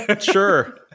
Sure